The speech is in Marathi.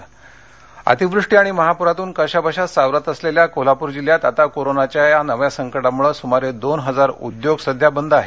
कोल्हापर बंद अतिवृष्टी आणि महापुरातून कशाबशा सावरत असलेल्या कोल्हापुर जिल्ह्यात आता कोरोनाच्या या नव्या संकटांमुळे सुमारे दोन हजार उद्योग सध्या बंद आहेत